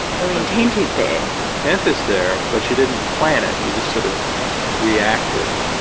so intent is there. intent is there but you didn't plan it, you just sort of reacted.